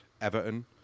Everton